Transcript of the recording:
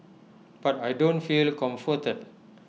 but I don't feel comforted